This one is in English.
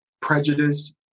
prejudice